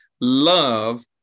Love